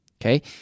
Okay